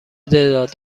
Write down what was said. تعداد